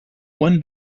one